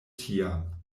tiam